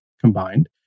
combined